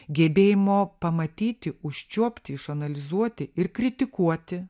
gebėjimo pamatyti užčiuopti išanalizuoti ir kritikuoti